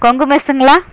Kongu மெஸ்ஸுங்களா